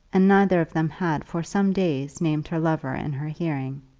and neither of them had for some days named her lover in her hearing.